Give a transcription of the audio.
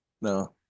No